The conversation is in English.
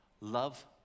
Love